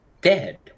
dead